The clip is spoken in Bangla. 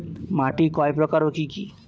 মাটি কয় প্রকার ও কি কি?